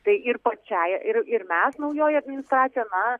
tai ir pačiai ir ir mes naujoji administracija na